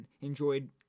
enjoyed